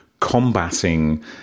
combating